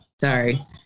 sorry